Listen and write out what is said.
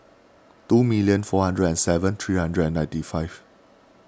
two million four hundred and seven three hundred and ninety five